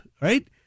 right